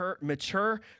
mature